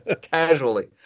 casually